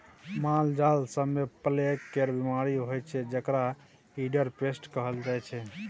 मालजाल सब मे प्लेग केर बीमारी होइ छै जेकरा रिंडरपेस्ट कहल जाइ छै